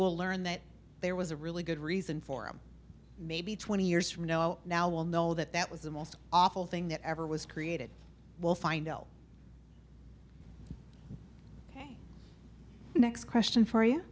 we'll learn that there was a really good reason for him maybe twenty years from now will know that that was the most awful thing that ever was created will find next question for you